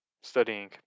studying